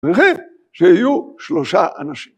וכן, שיהיו שלושה אנשים...